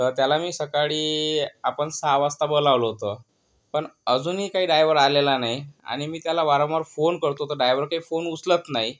तर त्याला मी सकाळी आपण सहा वाजता बोलावलं होतं पण अजूनही काही ड्रायव्हर आलेला नाही आनि मी त्याला वारंवार फोन करतो तर डायव्हर काही फोन उचलत नाही